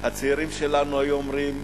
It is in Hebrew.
הצעירים שלנו היו אומרים: